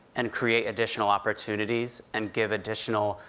and create additional opportunities, and give additional,